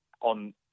On